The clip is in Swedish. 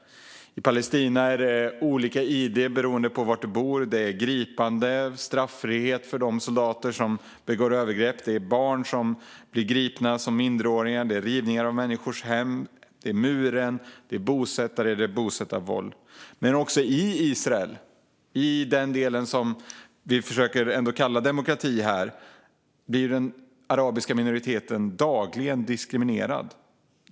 I Palestina är det olika id som gäller beroende på var man bor. Det råder straffrihet för de soldater som begår övergrepp. Människor grips, även barn, och hem rivs. Här finns muren, bosättarna och bosättarvåld. Men även i Israel, det vi kallar en demokrati, blir den arabiska minoriteten dagligen diskriminerad.